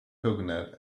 coconut